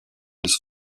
des